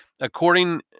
according